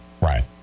Right